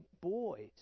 boys